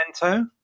mento